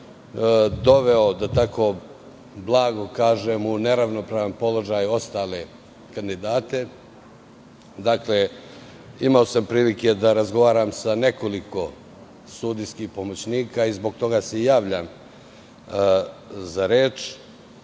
doveo, da tako blago kažem, u neravnopravan položaj ostale kandidate. Imao sam prilike da razgovaram sa nekoliko sudijskih pomoćnika. Zbog toga se i javljam za reč.